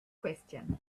question